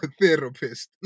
therapist